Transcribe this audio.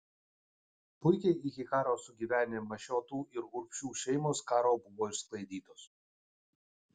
puikiai iki karo sugyvenę mašiotų ir urbšių šeimos karo buvo išsklaidytos